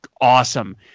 awesome